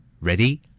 Ready